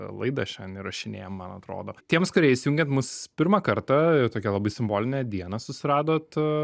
laidą šiandien įrašinėjam man atrodo tiems kurie įsijungėt mus pirmą kartą tokią labai simbolinę dieną susiradot